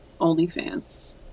OnlyFans